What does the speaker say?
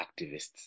activists